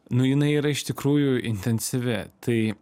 nu jinai yra iš tikrųjų intensyvi tai